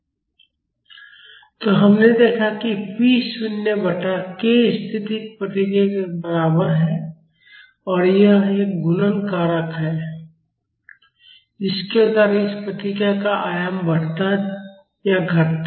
𝜙 तो हमने देखा है कि p शून्य बटा k स्थैतिक प्रतिक्रिया के बराबर है और यह एक गुणन कारक है जिसके द्वारा इस प्रतिक्रिया का आयाम बढ़ता या घटता है